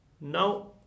Now